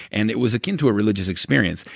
and it was akin to a religious experience.